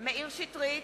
מאיר שטרית,